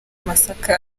amasaka